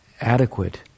adequate